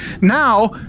now